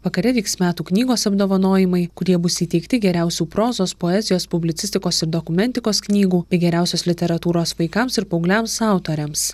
vakare vyks metų knygos apdovanojimai kurie bus įteikti geriausių prozos poezijos publicistikos ir dokumentikos knygų bei geriausios literatūros vaikams ir paaugliams autoriams